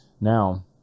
Now